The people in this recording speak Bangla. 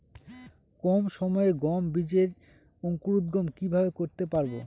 কম সময়ে গম বীজের অঙ্কুরোদগম কিভাবে করতে পারব?